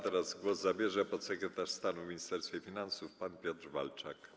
Teraz głos zabierze podsekretarz stanu w Ministerstwie Finansów pan Piotr Walczak.